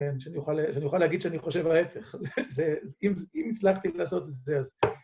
כן, שאני אוכל להגיד שאני חושב ההפך, אם הצלחתי לעשות את זה אז...